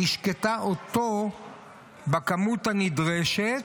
השקתה אותו בכמות הנדרשת.